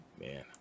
Man